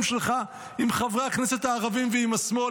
שלך עם חברי הכנסת הערבים ועם השמאל".